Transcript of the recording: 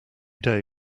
day